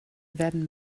werden